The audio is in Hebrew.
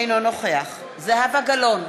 אינו נוכח זהבה גלאון,